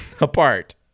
apart